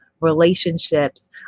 relationships